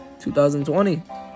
2020